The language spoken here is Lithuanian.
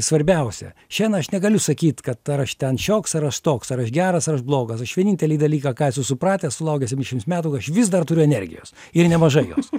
svarbiausia šiandien aš negaliu sakyt kad ar aš ten šioks ar aš toks ar aš geras ar aš blogas aš vienintelį dalyką ką esu supratęs sulaukęs septyniasdešimt metų kad aš vis dar turiu energijos ir nemažai jos